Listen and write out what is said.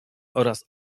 oraz